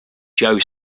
joe